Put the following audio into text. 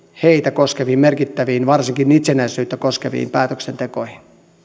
heitä koskeviin merkittäviin varsinkin itsenäisyyttä koskeviin päätöksentekoihin